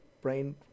brain